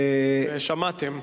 שמעתם.